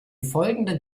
folgenden